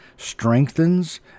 Strengthens